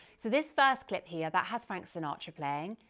so this first clip here that has frank sinatra playing,